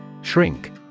shrink